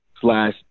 slash